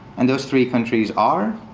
and those three countries are,